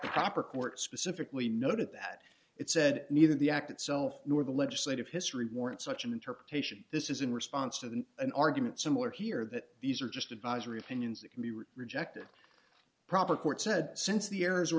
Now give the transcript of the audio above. proper court specifically noted that it said neither the act itself nor the legislative history warrant such an interpretation this is in response to an argument similar here that these are just advisory opinions that can be rejected proper court said since the errors were